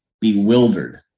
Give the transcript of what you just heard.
bewildered